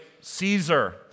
Caesar